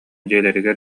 дьиэлэригэр